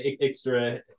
extra